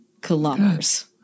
kilometers